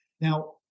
Now